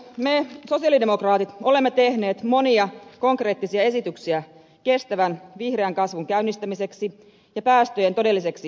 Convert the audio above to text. me sosialidemokraatit olemme tehneet monia konkreettisia esityksiä kestävän vihreän kasvun käynnistämiseksi ja päästöjen todelliseksi alentamiseksi